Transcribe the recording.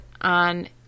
on